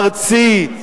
ארצי,